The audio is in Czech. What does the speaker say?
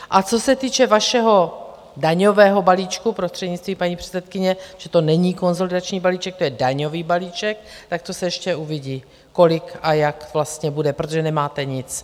A co se týče vašeho daňového balíčku, prostřednictvím paní předsedkyně protože to není konsolidační balíček, to je daňový balíček to se ještě uvidí, kolik a jak vlastně bude, protože nemáte nic.